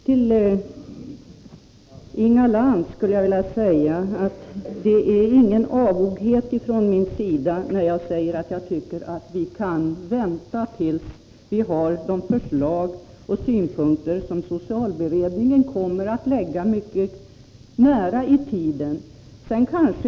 Till Inga Lantz skulle jag vilja säga att det inte är någon avoghet från min sida när jag säger att vi kan vänta tills vi har de förslag och synpunkter som socialberedningen kommer att lägga fram mycket snart.